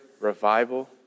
Revival